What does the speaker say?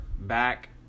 back